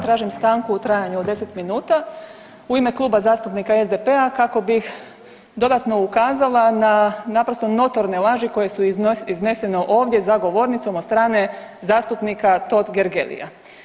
Tražim stanku u trajanju od 10 minuta u ime Kluba zastupnika SDP-a kako bi dodatno ukazala na naprosto notorne laži koje su iznesene ovdje za govornicom od strane zastupnika Totgergelia.